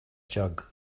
jug